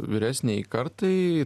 vyresnei kartai